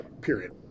period